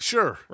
Sure